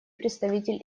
представитель